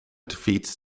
defeats